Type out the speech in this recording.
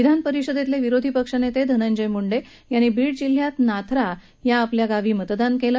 विधानपरिषदेतले विरोधी पक्षनेते धनंजय मुंडे यांनी बीड जिल्ह्यातल्या नाथरा या आपल्या गावी मतदान केलं